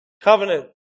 Covenant